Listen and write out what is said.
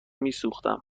میسوختم